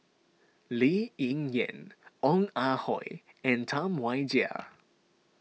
Lee Ling Yen Ong Ah Hoi and Tam Wai Jia